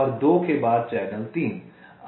और 2 के बाद चैनल 3